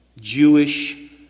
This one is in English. Jewish